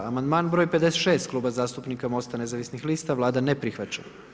Amandman broj 56 Kluba zastupnika Mosta nezavisnih lista, Vlada ne prihvaća.